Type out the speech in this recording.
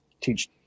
teach